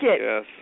Yes